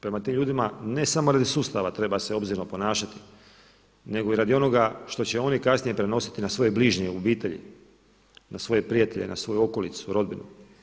Prema tim ljudima ne samo radi sustava treba se obzirno ponašati nego i radi onoga što će oni kasnije prenositi na svoje bližnje, obitelji, na svoje prijatelje i na svoju okolicu, rodbinu.